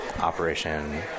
operation